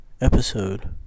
episode